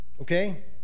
okay